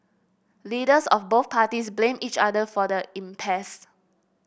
leaders of both parties blamed each other for the impasse